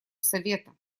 совета